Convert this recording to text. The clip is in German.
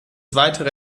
weitere